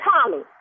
Tommy